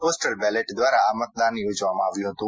postal ballot દ્વારા આ મતદાન યોજવામાં આવ્યું હતું